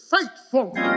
faithful